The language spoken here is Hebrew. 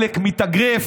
עלק מתאגרף.